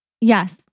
Yes